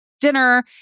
dinner